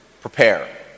prepare